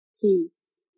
peace